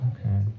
okay